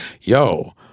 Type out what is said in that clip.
yo